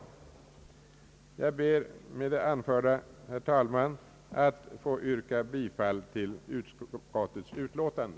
Jag ber med det anförda, herr talman, att få yrka bifall till utskottets utlåtande.